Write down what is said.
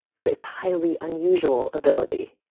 but its highly unusual ability